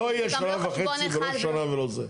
לא יהיה שנה וחצי ולא שנה ולא זה.